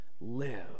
live